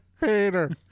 Peter